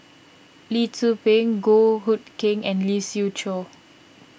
Lee Tzu Pheng Goh Hood Keng and Lee Siew Choh